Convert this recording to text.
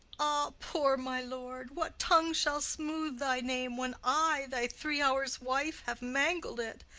ah, poor my lord, what tongue shall smooth thy name when i, thy three-hours wife, have mangled it?